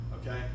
okay